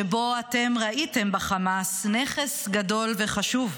שבו אתם ראיתם בחמאס נכס גדול וחשוב.